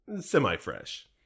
Semi-fresh